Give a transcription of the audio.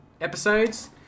episodes